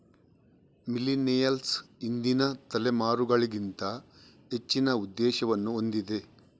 millennials ಹಿಂದಿನ ತಲೆಮಾರುಗಳಿಗಿಂತ ಹೆಚ್ಚಿನ ಉದ್ದೇಶವನ್ನು ಹೊಂದಿದೆ